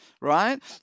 right